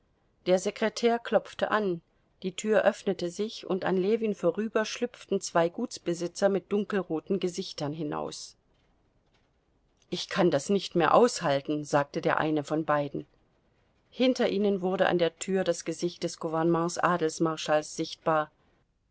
der sekretär klopfte an die tür öffnete sich und an ljewin vorüber schlüpften zwei gutsbesitzer mit dunkelroten gesichtern hinaus ich kann das nicht mehr aushalten sagte der eine von beiden hinter ihnen wurde an der tür das gesicht des gouvernements adelsmarschalls sichtbar